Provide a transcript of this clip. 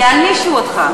יענישו אותך.